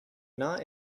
not